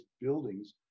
buildings